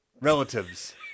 relatives